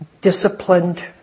disciplined